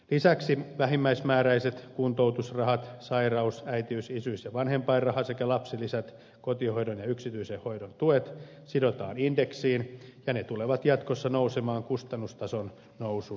lisäksi vähimmäismääräiset kuntoutusrahat sairaus äitiys isyys ja vanhempainraha sekä lapsilisät kotihoidon ja yksityisen hoidon tuet sidotaan indeksiin ja ne tulevat jatkossa nousemaan kustannustason nousun myötä